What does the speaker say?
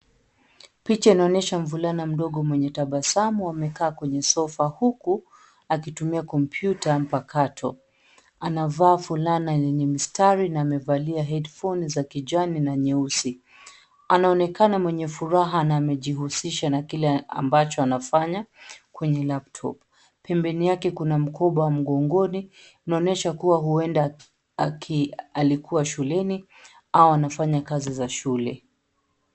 Picha inaonyesha mvulana mdogo mwenye tabasamu amekaa kwenye sofa huku akitumia kompyuta mpakato. Anavaa fulana yenye mistari na amevalia headphones za kijani na nyeusi. Anaonekana mwenye furaha na amejihusisha na kile ambacho anafanya kwenye laptop . Pembeni yake kuna mkoba mgongoni, inaonyesha kuwa huenda alikuwa shuleni au anafanya kazi za shule.